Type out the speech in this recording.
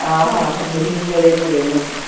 हा हा ॿिन्हीनि जो रेनू रेनू